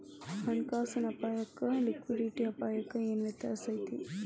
ಹಣ ಕಾಸಿನ್ ಅಪ್ಪಾಯಕ್ಕ ಲಿಕ್ವಿಡಿಟಿ ಅಪಾಯಕ್ಕ ಏನ್ ವ್ಯತ್ಯಾಸಾ ಐತಿ?